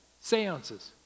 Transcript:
Seances